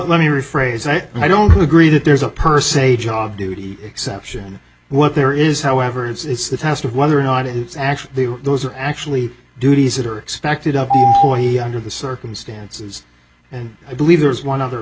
let me rephrase that i don't agree that there's a per se job duty exception what there is however it's the test of whether or not it's actually those are actually duties that are expected of under the circumstances and i believe there's one other